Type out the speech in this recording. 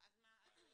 זה עוד יותר גרוע.